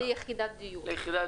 ליחידת דיור.